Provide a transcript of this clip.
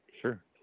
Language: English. sure